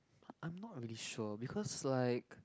I'm not really sure because like